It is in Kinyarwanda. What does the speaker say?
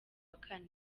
kane